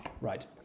Right